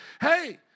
hey